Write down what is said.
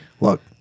look